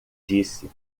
disse